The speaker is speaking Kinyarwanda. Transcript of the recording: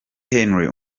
henri